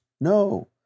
No